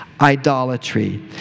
Idolatry